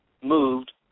moved